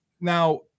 now